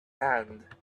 hand